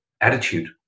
attitude